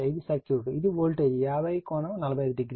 ఇది సర్క్యూట్ ఇది voltage 50 angle 45 degree